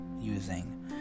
using